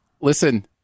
Listen